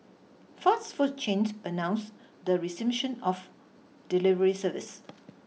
fast food chains announced the resumption of delivery services